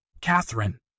Catherine